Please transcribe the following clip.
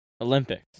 Olympics